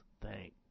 thank